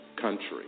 country